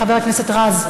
חבר הכנסת רז.